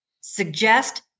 suggest